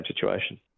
situation